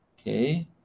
Okay